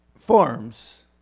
Forms